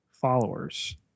followers